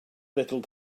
little